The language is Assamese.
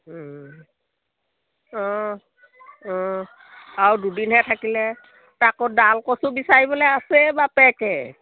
অঁ অঁ আৰু দুদিনহে থাকিলে তাকৌ ডালকচু বিচাৰিবলৈ আছে বাপেকে